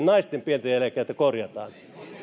naisten pieniä eläkkeitä korjataan